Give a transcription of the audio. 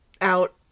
out